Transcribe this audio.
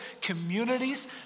communities